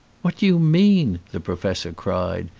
what do you mean? the professor cried,